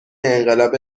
انقلاب